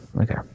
Okay